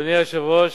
אדוני היושב-ראש,